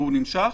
ונמשך,